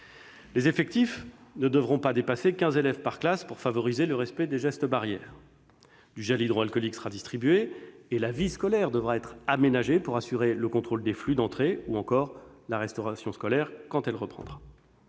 Les effectifs ne devront pas dépasser quinze élèves par classe pour favoriser le respect des gestes barrières. Du gel hydroalcoolique sera distribué et la vie scolaire devra être aménagée pour assurer le contrôle des flux d'entrée, ou encore la restauration scolaire quand elle reprendra.